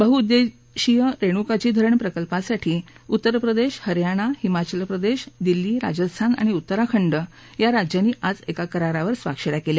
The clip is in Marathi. बहुउद्देशीय रेणुकाजी धरण प्रकल्पासाठी उत्तर प्रदेश हरयाना हिमाचल प्रदेश दिल्ली राजस्थान आणि उत्तराखंड या राज्यांनी आज करारावर स्वाक्षऱ्या केल्या